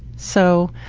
so,